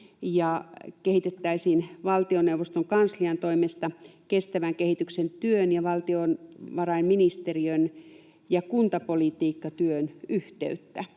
kehitettäisiin valtioneuvoston kanslian toimesta kestävän kehityksen työn ja valtiovarainministeriön ja kuntapolitiikkatyön yhteyttä,